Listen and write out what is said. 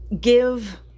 give